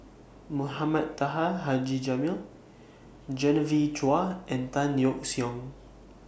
Mohamed Taha Haji Jamil Genevieve Chua and Tan Yeok Seong